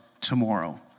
tomorrow